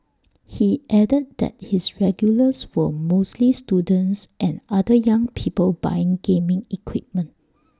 he added that his regulars were mostly students and other young people buying gaming equipment